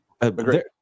Agreed